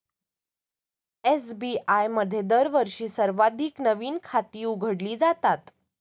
SBI मध्ये दरवर्षी सर्वाधिक नवीन खाती उघडली जातात